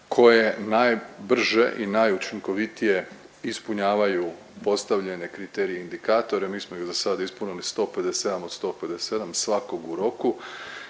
koje najbrže i najučinkovitije ispunjavaju postavljene kriterije i indikatore, mi smo ih za sad ispunili 157 od 157, svakog u roku